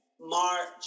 March